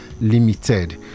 limited